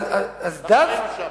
אנחנו היינו שם.